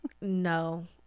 no